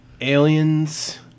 aliens